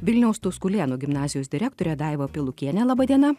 vilniaus tuskulėnų gimnazijos direktore daiva pilukiene laba diena